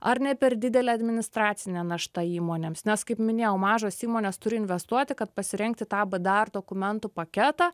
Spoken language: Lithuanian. ar ne per didelė administracinė našta įmonėms nes kaip minėjau mažos įmonės turi investuoti kad pasirengti tam dar dokumentų paketą